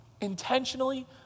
Intentionally